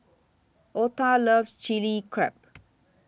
Ota loves Chili Crab